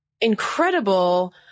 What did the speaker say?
incredible